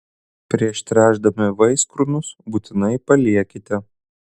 prieš tręšdami vaiskrūmius būtinai paliekite